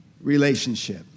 relationship